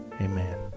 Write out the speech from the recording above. Amen